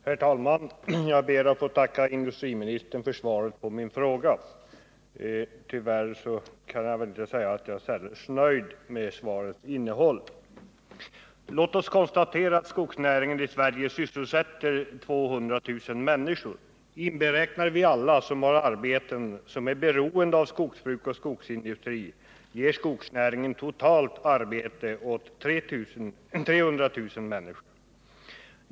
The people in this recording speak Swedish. Herr talman! Jag ber att få tacka industriministern för svaret på min fråga. Tyvärr kan jag inte säga att jag är särdeles nöjd med svarets innehåll. Låt mig konstatera att skogsnäringen i Sverige sysselsätter 200 000 människor. Inberäknar vi alla som har arbeten som är beroende av skogsbruk och skogsindustri, ger skogsnäringen totalt arbete åt 300 000 människor.